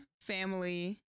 family